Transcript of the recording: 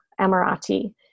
Emirati